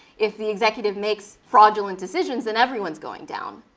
if the executive makes fraudulent decisions and everyone is going down.